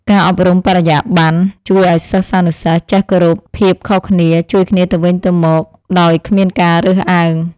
ការអប់រំបរិយាបន្នជួយឱ្យសិស្សានុសិស្សចេះគោរពភាពខុសគ្នាជួយគ្នាទៅវិញទៅមកដោយគ្មានការរើសអើង។